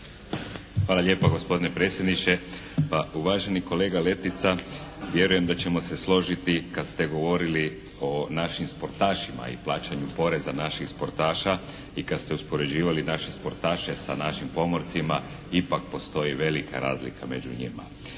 Hvala lijepa gospodine predsjedniče. Pa uvaženi kolega Letica vjerujem da ćemo se složiti kad ste govorili o našim sportašima i plaćanju poreza naših sportaša i kad ste uspoređivali naše sportaše sa našim pomorcima ipak postoji velika razlika među njima.